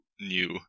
new